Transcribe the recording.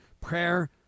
prayer